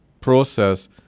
process